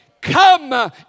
Come